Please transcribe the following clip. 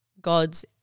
gods